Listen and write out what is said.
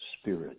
spirit